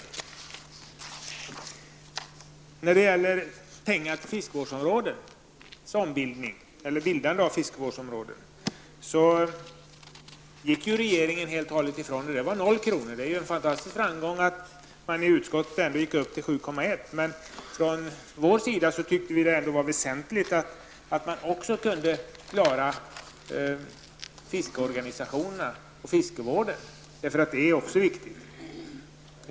Tidigare anslogs inga pengar till fiskevårdsområdens bildande, och därför är det en stor framgång att utskottet nu har föreslagit 7,1 milj.kr. för ändamålet. Vi har ansett det som väsentligt att ha kvar såväl fiskeorganisationerna som fiskevården.